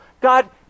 god